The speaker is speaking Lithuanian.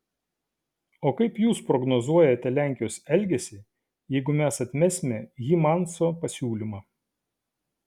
o kaip jūs prognozuojate lenkijos elgesį jeigu mes atmesime hymanso pasiūlymą